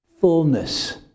fullness